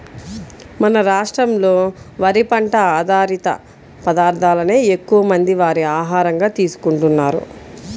మన రాష్ట్రంలో వరి పంట ఆధారిత పదార్ధాలనే ఎక్కువమంది వారి ఆహారంగా తీసుకుంటున్నారు